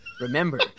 Remember